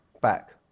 back